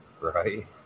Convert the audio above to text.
Right